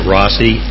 Rossi